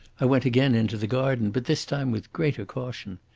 i went again into the garden, but this time with greater caution.